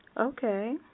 okay